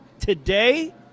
Today